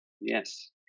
Yes